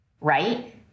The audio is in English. right